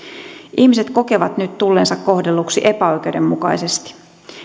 ihmiset kokevat nyt tulleensa kohdelluksi epäoikeudenmukaisesti